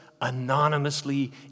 anonymously